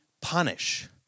punish